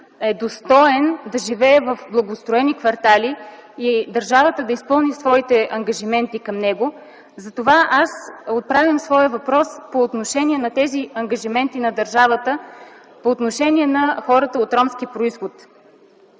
е достоен да живее в благоустроени квартали и държавата трябва да изпълни своите ангажименти към него, затова аз отправям своя въпрос относно тези ангажименти на държавата по отношение на хората от ромски произход.